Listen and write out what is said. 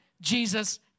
Jesus